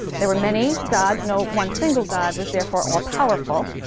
there were many gods. no one single god was therefore all powerful.